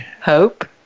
Hope